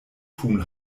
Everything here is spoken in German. tun